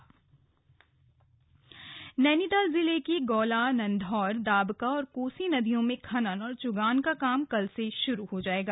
खनन और चुगान नैनीताल जिले की गौला नंधौर दाबका और कोसी नदियों में खनन और चुगान का काम कल से शुरू हो जायेगा